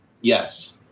Yes